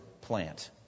plant